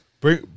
Bring